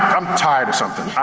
i'm tired of something.